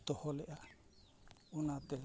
ᱫᱚᱦᱚᱞᱮᱫᱼᱟ ᱚᱱᱟᱛᱮ